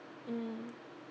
mm